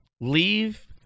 leave